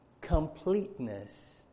completeness